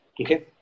okay